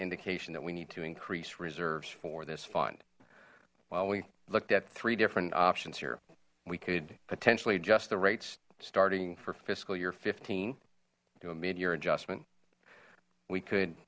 indication that we need to increase reserves for this fund well we looked at three different options here we could potentially adjust the rates starting for fiscal year fifteen to a mid year adjustment we could